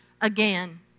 again